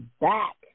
back